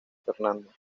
fernando